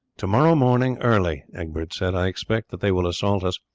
to-morrow morning early, egbert said, i expect that they will assault us.